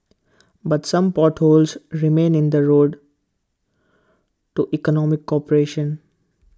but some potholes remain in the road to economic cooperation